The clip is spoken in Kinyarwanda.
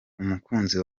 umukunzi